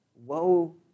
Woe